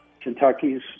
Kentucky's